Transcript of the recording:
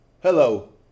Hello